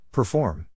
Perform